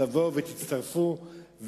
תבואו ותצטרפו,